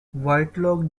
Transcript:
whitlock